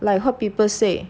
like I heard people say